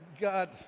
God